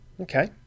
Okay